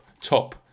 top